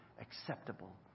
acceptable